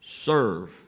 serve